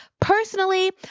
Personally